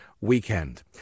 weekend